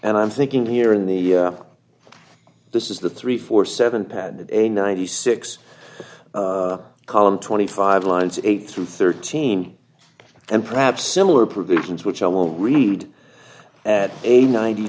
and i'm thinking here in the this is the three four seven pad a ninety six column twenty five lines eight through thirteen and perhaps similar provisions which i will read at a ninety